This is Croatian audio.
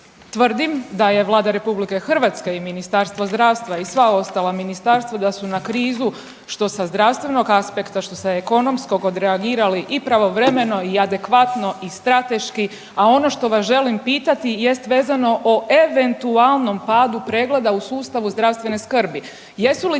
Tvrdim da je Vlada RH i Ministarstvo zdravstva i sva ostala ministarstva da su na krizu što sa zdravstvenog aspekta, što sa ekonomskog odreagirali i pravovremeno i adekvatno i strateški. A ono što vas želim pitati jest vezano o eventualnom padu pregleda u sustavu zdravstvene skrbi, jesu li